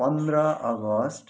पन्ध्र अगस्त